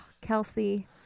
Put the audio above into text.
Kelsey